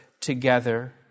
together